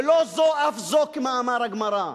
ולא זו אף זו, כמאמר הגמרא.